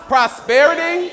prosperity